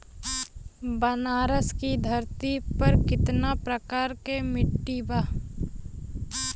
बनारस की धरती पर कितना प्रकार के मिट्टी बा?